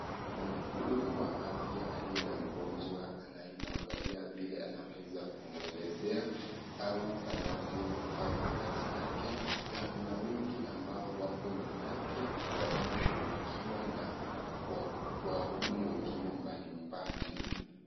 Mhudumu wa afya aliye na mgonjwa anayemwangalia vile anaweza kumwelezea au anavyofanya kazi yake na kuna wengi ambao wapo nyuma yake wanaoshughulikiwa na wahudumu wengine mbalimbali.